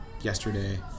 yesterday